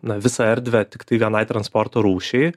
na visą erdvę tiktai vienai transporto rūšiai